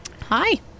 Hi